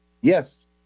Yes